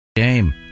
game